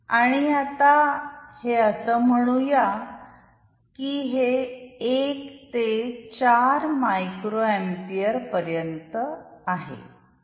आणि आता हे अस म्हणू या की हे 1 ते 4 मायक्रो अँपीयर पर्यन्त आहे